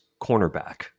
cornerback